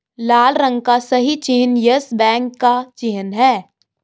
लाल रंग का सही चिन्ह यस बैंक का चिन्ह है